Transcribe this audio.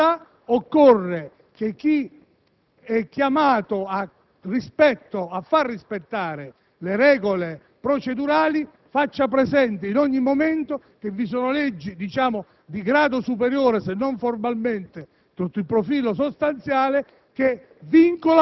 Se vogliamo che si rispetti quella volontà, occorre che chi è chiamato a far rispettare le regole procedurali faccia presente, in ogni momento, che vi sono leggi di grado superiore, se non formalmente